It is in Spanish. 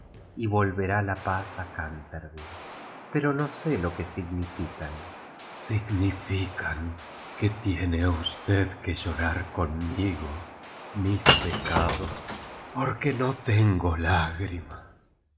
y volverá hi j a a cautervhj peni no sé lo que significan dignifican que tiene usted que llorar con migo nm pecados porque no tengo